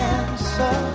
answer